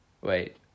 Wait